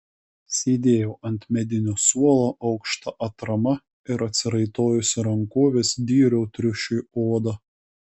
sėdėjau ant medinio suolo aukšta atrama ir atsiraitojusi rankoves dyriau triušiui odą